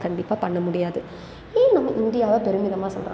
கண்டிப்பாக பண்ண முடியாது ஏன் நம்ம இந்தியாவை பெருமிதமாக சொல்கிறாங்க